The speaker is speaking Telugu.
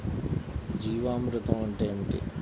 జీవామృతం అంటే ఏమిటి?